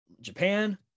Japan